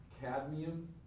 Cadmium